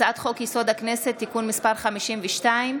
הצעת חוק-יסוד: הכנסת (תיקון מס' 52),